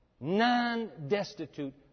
Non-destitute